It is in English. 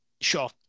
Sure